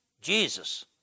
Jesus